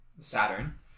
Saturn